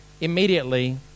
immediately